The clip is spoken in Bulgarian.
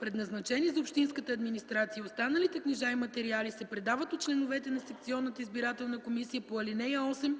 предназначени за общинската администрация, и останалите книжа и материали се предават от членовете на секционната избирателна комисия по ал. 8